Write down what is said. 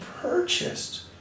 purchased